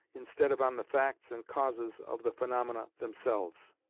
instead of on the facts and causes of the phenomena themselves.